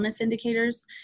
indicators